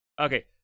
Okay